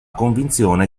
convinzione